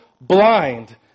blind